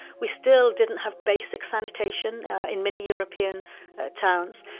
we still didn't have basic sanitation in many european ah towns.